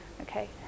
okay